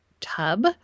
tub